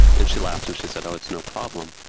and she laughed and she said, oh, it's no problem.